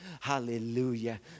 hallelujah